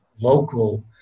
local